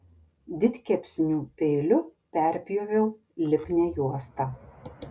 didkepsnių peiliu perpjoviau lipnią juostą